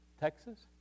Texas